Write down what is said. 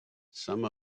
some